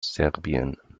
serbien